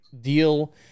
deal